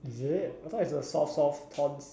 is it I thought it's the soft soft thorns